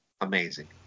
amazing